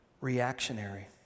reactionary